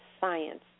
science